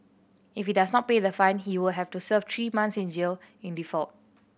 if he does not pay the fine he will have to serve three months in jail in default